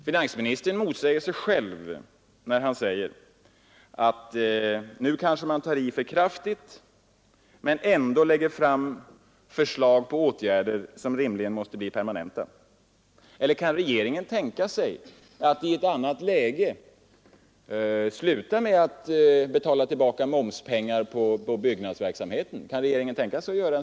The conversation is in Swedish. Finansministern motsäger sig själv när han anser att man nu kanske tar i för kraftigt men ändå lägger fram förslag till åtgärder som rimligen måste bli permanenta. Eller kan regeringen i ett annat läge tänka sig en sådan motåtgärd som att sluta med att betala tillbaka momspengar på byggnadsverksamheten, om det skulle behövas?